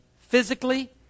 physically